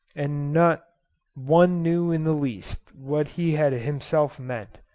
and not one knew in the least what he had himself meant.